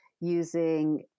using